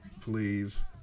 please